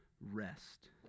rest